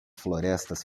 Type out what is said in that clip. florestas